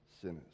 sinners